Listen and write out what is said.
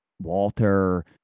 Walter